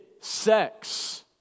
sex